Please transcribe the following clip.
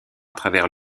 travers